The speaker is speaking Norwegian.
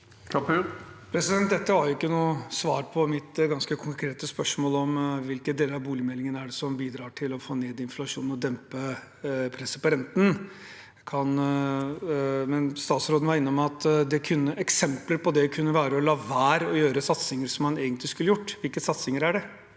Dette var jo ikke noe svar på mitt ganske konkrete spørsmål om hvilke deler av boligmeldingen som bidrar til å få ned inflasjonen og dempe presset på renten. Statsråden var innom at eksempler på det kunne være å la være å sette i gang med satsinger som man egentlig skulle gjort. Hvilke satsinger er det?